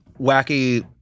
wacky